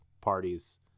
parties